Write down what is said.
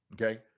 Okay